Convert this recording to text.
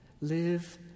live